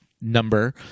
number